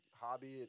hobby